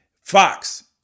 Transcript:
fox